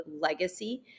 legacy